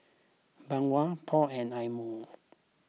Bawang Paul and Eye Mo